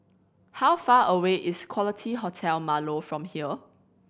how far away is Quality Hotel Marlow from here